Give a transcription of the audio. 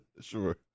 Sure